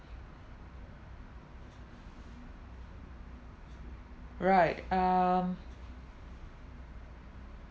right um